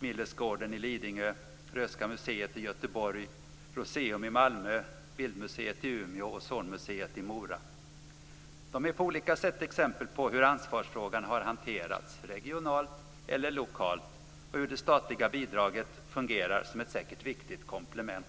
Millesgården i Lidingö, Röhsska museet i Göteborg, Rooseum i Malmö, Bildmuseet i Umeå och Zornmuseet i Mora. De är på olika sätt exempel på hur ansvarsfrågan har hanterats regionalt eller lokalt och hur det statliga bidraget fungerar som ett säkert viktigt komplement.